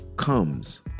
Comes